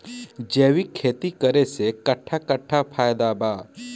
जैविक खेती करे से कट्ठा कट्ठा फायदा बा?